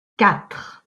quatre